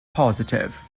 positif